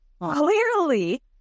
clearly